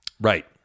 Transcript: Right